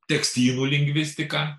tekstynų lingvistiką